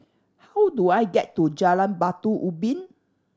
how do I get to Jalan Batu Ubin